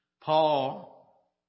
Paul